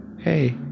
Hey